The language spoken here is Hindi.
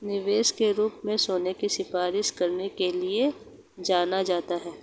निवेश के रूप में सोने की सिफारिश करने के लिए जाना जाता है